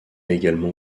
également